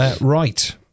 Right